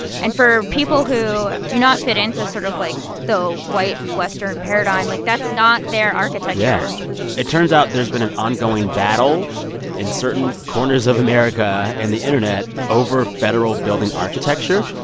yeah and for people who do not fit into sort of, like, the white western paradigm, like, that's not their architecture it turns out there's been an ongoing battle in certain corners of america and the internet over federal building architecture.